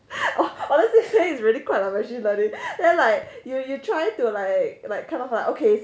honestly speaking it's really quite like a machine learning then like you you try to like like kind of like okay